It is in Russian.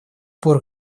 пор